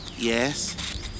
Yes